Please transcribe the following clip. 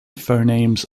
phonemes